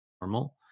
normal